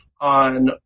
on